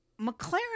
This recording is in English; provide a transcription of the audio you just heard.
McLaren